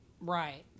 right